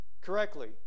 correctly